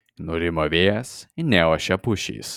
nurimo vėjas neošia pušys